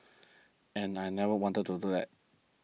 and I never wanted to do that